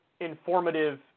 informative